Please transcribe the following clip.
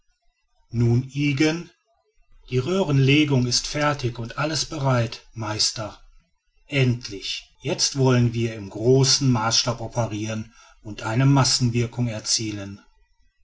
nun ygen die röhrenlegung ist fertig und alles bereit meister endlich jetzt wollen wir in großem maßstabe operiren und eine massenwirkung erzielen